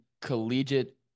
collegiate